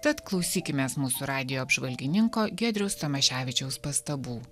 tad klausykimės mūsų radijo apžvalgininko giedriaus tomaševičiaus pastabų